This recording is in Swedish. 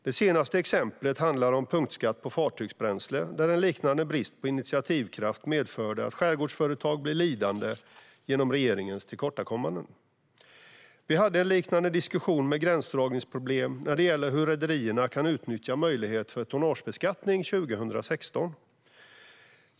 Det senaste exemplet handlade om punktskatt på fartygsbränsle där en liknande brist på initiativkraft medförde att skärgårdsföretag blir lidande genom regeringens tillkortakommanden. Vi hade en liknande diskussion med gränsdragningsproblem när det gäller hur rederierna kan utnyttja möjligheten till tonnagebeskattning 2016.